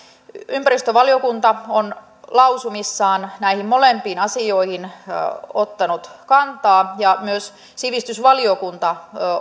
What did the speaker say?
ympäristövaliokunta on lausumissaan näihin molempiin asioihin ottanut kantaa ja myös sivistysvaliokunta